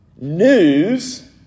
News